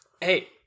hey